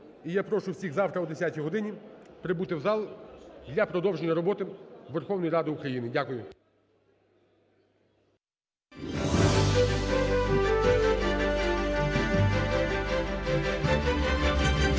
і я прошу всіх завтра о 10-й годині прибути в зал для продовження роботи Верховної Ради України. Дякую.